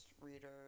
reader